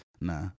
nah